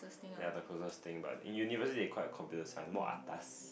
ya the coolest thing about it in university they call in computer science more atas